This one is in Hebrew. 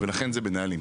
ולכן זה בנהלים.